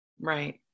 Right